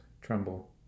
tremble